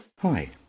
Hi